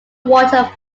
water